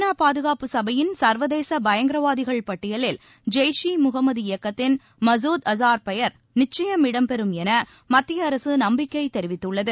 நா பாதுகாப்பு சபையின் சர்வதேச பயங்கரவாதிகள் பட்டியலில் ஜெய்ஷ் இ முஹமது இயக்கத்தின் மசூத் அஸார் பெயர் நிச்சுபம் இடம்பெறும் என மத்திய அரசு நம்பிக்கை தெரிவித்துள்ளது